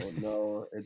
no